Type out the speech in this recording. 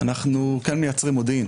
אנחנו מייצרים מודיעין,